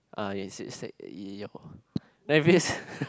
uh yes is take yeap like this